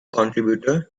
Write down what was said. contributor